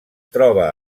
troba